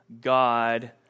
God